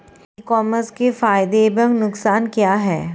ई commerce के फायदे एवं नुकसान क्या हैं?